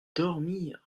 dormir